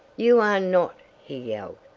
you are not! he yelled,